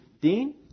Dean